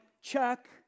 check